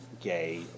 gay